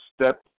step